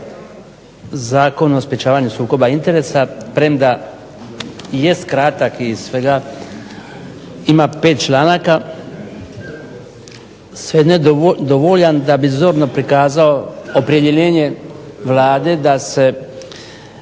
Zakon o sprječavanju sukoba interesa premda jest kratak i svega ima 5 članaka sve nedovoljan da bi zorno pokazao opredjeljenje Vlade da se